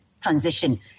transition